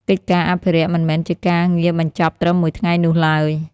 កិច្ចការអភិរក្សមិនមែនជាការងារបញ្ចប់ត្រឹមមួយថ្ងៃនោះឡើយ។